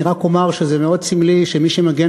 אני רק אומר שזה מאוד סמלי שמי שמגן